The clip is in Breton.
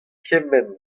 kement